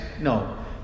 No